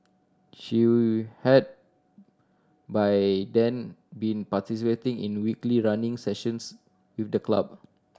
she had by then been participating in weekly running sessions with the club